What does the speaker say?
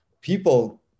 people